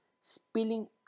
spilling